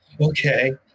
okay